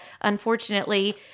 unfortunately